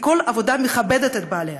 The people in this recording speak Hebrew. כי כל עבודה מכבדת את בעליה,